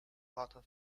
vater